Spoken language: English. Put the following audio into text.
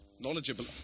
knowledgeable